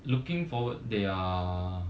looking forward they are